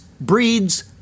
breeds